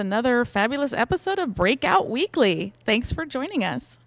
another fabulous episode of breakout weekly thanks for joining us